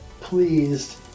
pleased